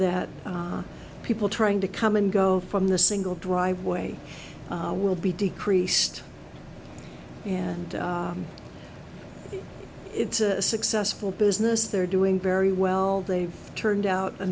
that people trying to come and go from the single driveway will be decreased and it's a successful business they're doing very well they've turned out a